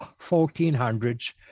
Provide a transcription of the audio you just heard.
1400s